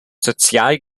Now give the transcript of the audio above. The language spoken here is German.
sozial